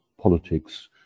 politics